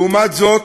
לעומת זאת,